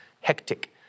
hectic